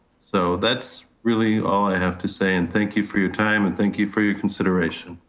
so that's really all i have to say and thank you for your time and thank you for your consideration.